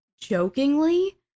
jokingly